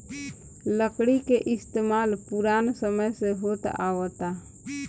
लकड़ी के इस्तमाल पुरान समय से होत आवता